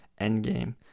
Endgame